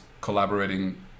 collaborating